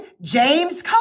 James